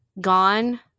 gone